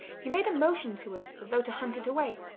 he made a motion to it as though to hunt it away,